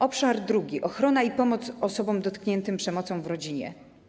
Obszar drugi - ochrona i pomoc osobom dotkniętym przemocą w rodzinie.